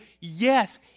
Yes